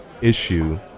issue